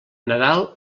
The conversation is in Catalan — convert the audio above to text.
nadal